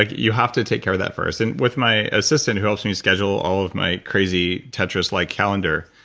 you have to take care of that first. and with my assistant who helps me schedule all of my crazy tetris-like calendar,